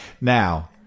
Now